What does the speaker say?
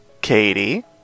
Katie